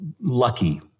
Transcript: lucky